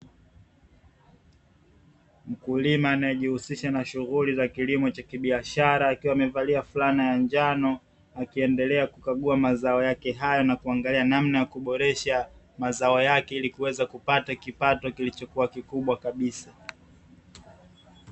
Mkulima anayejihusisha na shughuli za kilimo cha kibiashara, akiwa amevalia fulana ya njano, akiendelea kukagua mazao yake hayo na kuangalia namna ya kuboresha mazao yake ili kuweza kupata kipato kilichokuwa kikubwa kabisa.